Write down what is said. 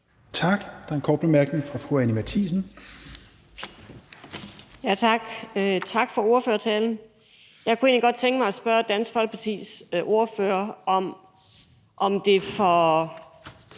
Tak. Der er en kort bemærkning fra fru Anni Matthiesen. Kl. 21:01 Anni Matthiesen (V): Tak, og tak for ordførertalen. Jeg kunne egentlig godt tænke mig at spørge Dansk Folkepartis ordfører, om det for